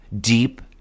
Deep